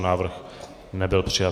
Návrh nebyl přijat.